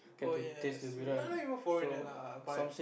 oh yes no not even foreigner lah but